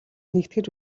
нэгтгэж